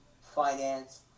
finance